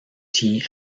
tea